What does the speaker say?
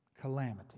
calamity